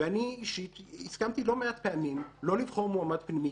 ואני אישית הסכמתי לא מעט פעמים לא לבחור מועמד פנימי,